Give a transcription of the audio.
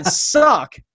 suck